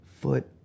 foot